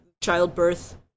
childbirth